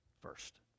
first